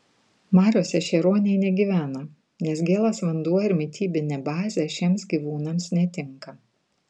mariose šie ruoniai negyvena nes gėlas vanduo ir mitybinė bazė šiems gyvūnams netinka